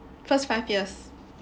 first five years